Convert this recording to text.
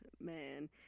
man